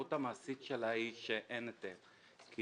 המשמעות המעשית שלה היא שאין היטל, כי